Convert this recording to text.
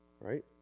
right